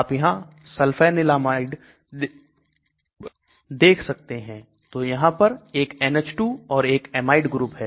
आप यहां Sulfanilamide देख सकते हैं तो यहां पर एक NH2 और एक Amide ग्रुप है